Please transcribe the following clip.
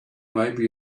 maybe